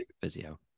physio